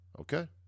okay